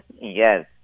Yes